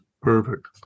Perfect